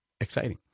exciting